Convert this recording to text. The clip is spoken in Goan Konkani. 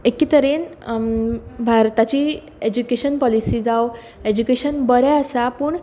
एके तरेन भारताची एजुकेशन पॉलिसी जावं एजुकेशन बरें आसा पूण